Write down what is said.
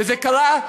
וזה קרה,